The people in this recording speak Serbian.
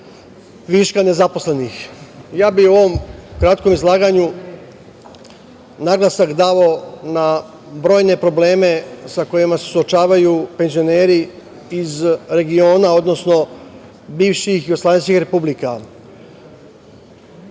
viška nezaposlenih.U ovom kratkom izlaganju bih naglasak stavio na brojne probleme sa kojima se suočavaju penzioneri iz regiona, odnosno bivših jugoslovenskih republika.